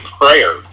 prayer